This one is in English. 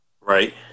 Right